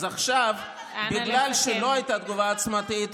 אז עכשיו, בגלל שלא הייתה תגובה עוצמתית,